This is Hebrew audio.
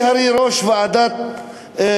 היא הרי יושבת-ראש ועדת הפנים,